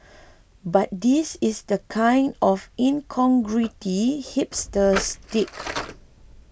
but this is the kind of incongruity hipsters dig